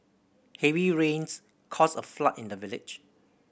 heavy rains caused a flood in the village